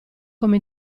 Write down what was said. come